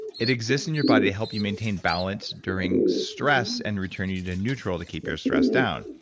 it exists in your body to help you maintain balance during stress and return you you to and neutral to keep your stress down,